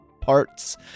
parts